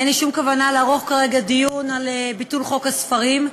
אין לי שום כוונה לערוך כרגע דיון על ביטול חוק הספרים,